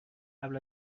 قبل